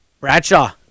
Bradshaw